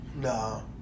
No